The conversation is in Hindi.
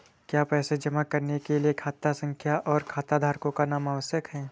क्या पैसा जमा करने के लिए खाता संख्या और खाताधारकों का नाम आवश्यक है?